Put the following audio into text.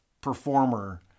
performer